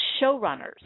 Showrunners